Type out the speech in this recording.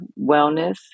wellness